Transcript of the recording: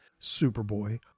Superboy